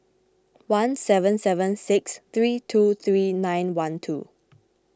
one seven seven six three two three nine one two